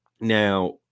now